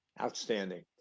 Outstanding